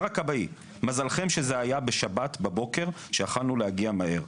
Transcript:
אמר הכבאי: מזלכם שזה היה בשבת בבוקר שיכולנו להגיע מהר.